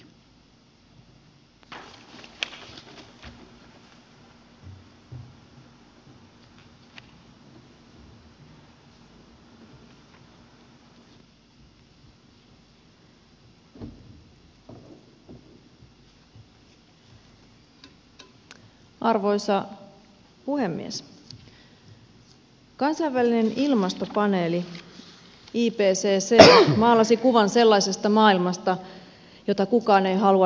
kansainvälinen ilmastopaneeli ipcc maalasi kuvan sellaisesta maailmasta jota kukaan ei halua nähdä